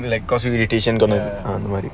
like அந்தமாதிரி:antha mathiri